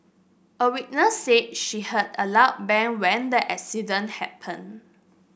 a witness said she heard a loud bang when the accident happened